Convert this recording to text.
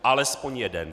Alespoň jeden.